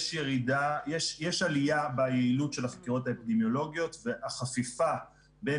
יש עלייה ביעילות של החקירות האפידמיולוגיות והחפיפה בין